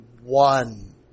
one